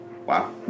Wow